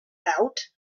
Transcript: out